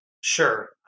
Sure